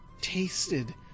tasted